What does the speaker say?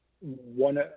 one